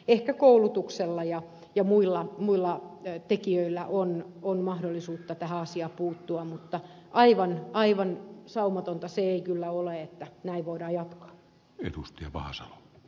ehkä koulutuksella ja muilla tekijöillä on mahdollista tähän asiaan puuttua mutta aivan saumatonta se ei kyllä ole että näin voidaan jatkaa